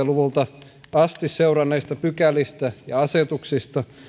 luvulta asti seuranneista pykälistä ja asetuksista